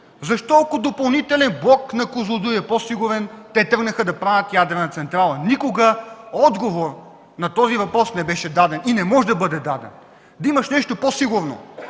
защо, ако допълнителният блок на „Козлодуй” е по-сигурен, тръгват да правят ядрена централа. Никога отговор на този въпрос не беше даден и не може да бъде даден. Да имаш нещо по-сигурно,